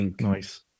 Nice